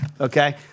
okay